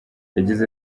yagize